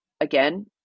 again